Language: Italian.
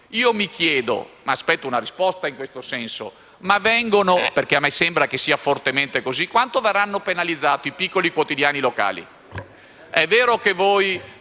Io mi chiedo, e aspetto una risposta in questo senso perché mi sembra che sia proprio così, quanto verranno penalizzati i piccoli quotidiani locali? È vero che voi,